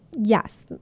yes